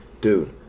Dude